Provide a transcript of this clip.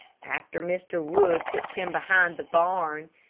after mr. wood took him behind the barn,